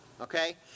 okay